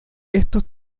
estos